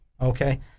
Okay